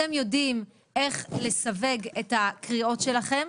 אתם יודעים איך לסווג את הקריאות שלכם,